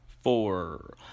four